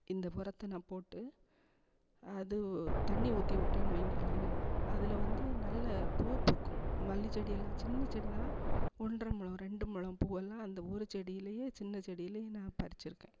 இந்த உரத்த நான் போட்டு அது தண்ணி ஊற்றி விட்டேன்னு வையுங்களேன் அதில் வந்து நல்ல பூ பூக்கும் மல்லிச் செடியெல்லாம் சின்ன செடிதான் ஒன்றர முழம் ரெண்டு முழம் பூவெல்லாம் அந்த ஒரு செடியிலையே சின்ன செடியிலேயே நான் பறிச்சுருக்கேன்